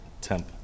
temp